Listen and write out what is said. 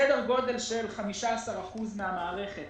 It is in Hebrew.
סדר גודל של 15% מהמערכת